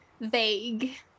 vague